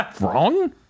Wrong